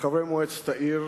חברי מועצת העיר,